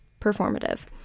performative